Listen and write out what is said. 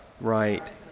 Right